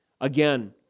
Again